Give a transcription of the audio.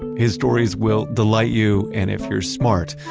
his stories will delight you, and if you're smart,